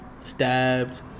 stabbed